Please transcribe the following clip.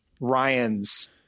Ryan's